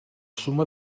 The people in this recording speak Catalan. suma